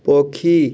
ପକ୍ଷୀ